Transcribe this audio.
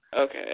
Okay